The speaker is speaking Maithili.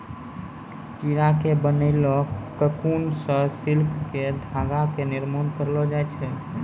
कीड़ा के बनैलो ककून सॅ सिल्क के धागा के निर्माण करलो जाय छै